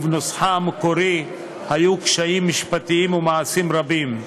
ובנוסחה המקורי היו קשיים משפטיים ומעשיים רבים,